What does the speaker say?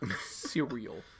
Cereal